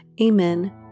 Amen